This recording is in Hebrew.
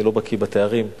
אני לא בקי בתארים,